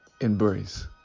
embrace